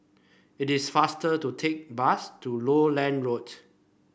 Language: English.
it is faster to take bus to Lowland Road